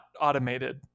automated